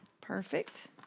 Perfect